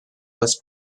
was